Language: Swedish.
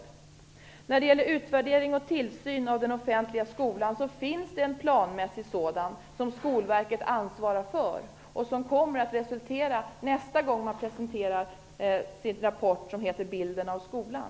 När det sedan gäller utvärdering och tillsyn av den offentliga skolan så kan jag säga att det finns en planmässig sådan som Skolverket ansvarar för. Den kommer att ge resultat nästa gång man presenterar sin rapport som heter Bilden av skolan.